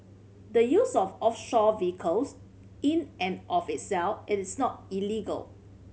the use of offshore vehicles in and of itself it is not illegal